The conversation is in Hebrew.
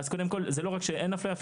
אז קודם כל זה לא רק שאין אפליה,